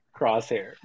crosshair